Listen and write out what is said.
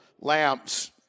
lamps